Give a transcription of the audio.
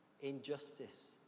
injustice